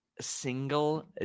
single